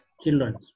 children